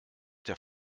der